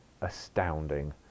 astounding